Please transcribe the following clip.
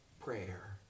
prayer